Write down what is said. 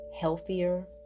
healthier